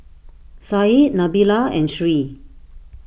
Said Nabila and Sri